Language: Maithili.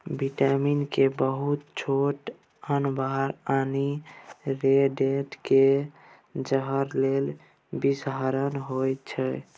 बिटामिन के बहुत छोट जानबर यानी रोडेंट केर जहर लेल बिषहरण होइ छै